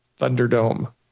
Thunderdome